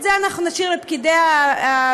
את זה אנחנו נשאיר לפקידי המשרד,